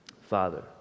Father